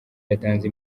yatanze